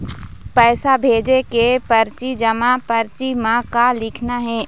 पैसा भेजे के परची जमा परची म का लिखना हे?